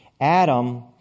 Adam